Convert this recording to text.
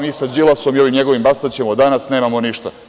Mi sa Đilasom i njegovim Bastaćem od danas nemamo ništa.